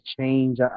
change